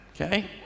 Okay